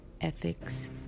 ethics